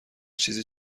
چیزی